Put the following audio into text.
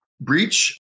breach